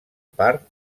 part